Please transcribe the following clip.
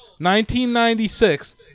1996